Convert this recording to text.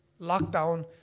lockdown